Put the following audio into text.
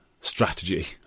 strategy